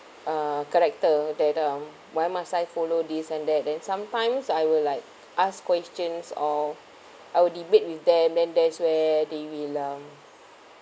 uh character that um why must I follow this and that then sometimes I will like ask questions or I will debate with them then there's where they will lam